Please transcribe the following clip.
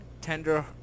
Tender